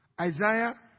Isaiah